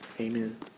Amen